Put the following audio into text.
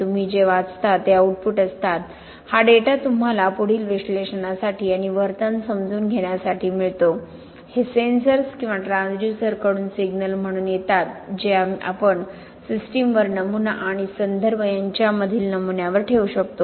तुम्ही जे वाचता ते आउटपुट असतात हा डेटा तुम्हाला पुढील विश्लेषणासाठी आणि वर्तन समजून घेण्यासाठी मिळतो हे सेन्सर्स किंवा ट्रान्सड्यूसरकडून सिग्नल म्हणून येतात जे आम्ही सिस्टमवर नमुना आणि संदर्भ यांच्यामधील नमुन्यावर ठेवू शकतो